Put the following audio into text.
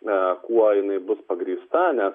na kuo jinai bus pagrįsta nes